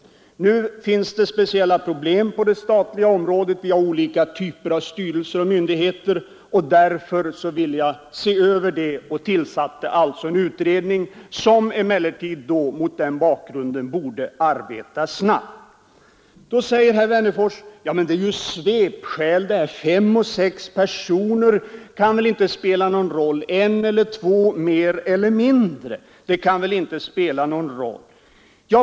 Nu finns det speciella problem på det statliga området. Vi har olika typer av styrelser och myndigheter. Därför ville jag se över det hela och tillsatte alltså en utredning, som emellertid mot den bakgrunden borde arbeta snabbt. Nu säger herr Wennerfors: Det är svepskäl; om det är fem eller sex personer kan väl inte spela någon roll. En eller två personer mer eller mindre kan inte betyda något.